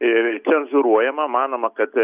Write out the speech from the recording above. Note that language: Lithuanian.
ir cenzūruojama manoma kad